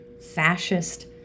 fascist